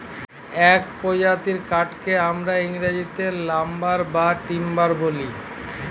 এক প্রজাতির কাঠকে আমরা ইংরেজিতে লাম্বার বা টিম্বার বলি